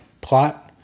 plot